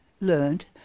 learned